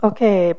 Okay